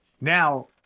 now